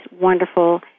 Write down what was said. wonderful